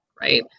right